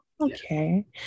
okay